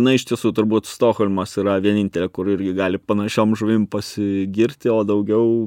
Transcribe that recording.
na iš tiesų turbūt stokholmas yra vienintelė kur ir ji gali panašiom žuvim pasigirti o daugiau